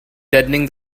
deadening